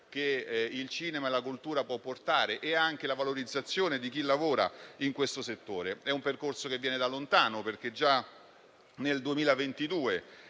che il cinema e la cultura possono portare e la valorizzazione di chi lavora nel settore. È un percorso che viene da lontano, perché già nel 2022,